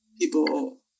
people